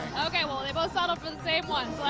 okay, well they both settled for the same one.